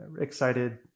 excited